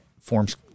forms